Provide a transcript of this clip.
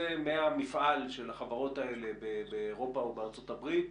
מהמפעל של החברות האלה באירופה או בארצות הברית,